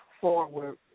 forward